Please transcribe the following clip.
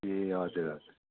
ए हजुर हजुर